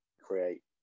create